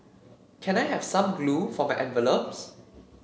can I have some glue for my envelopes